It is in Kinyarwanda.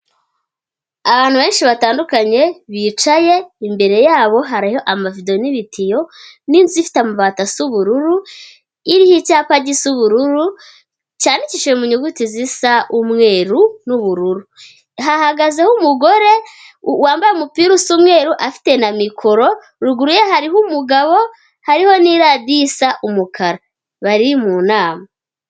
Abantu benshi batandukanye bicaye, imbere yabo hariyo amavido n'ibitiyo n'inzu ifite amabati asa ubururu, iriho icyapa gisi ubururu cyandikishije mu nyuguti zisa umweru n'ubururu. Hahagazeho umugore wambaye umupira usa umweru, afite na mikoro rugu ye hariho umugabo hariho n'iradiyo isa umukara, bari mu nama.